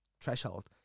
threshold